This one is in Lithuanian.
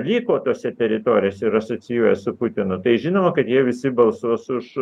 liko tose teritorijose ir asocijuojas su putinu tai žinoma kad jie visi balsuos už